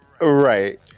Right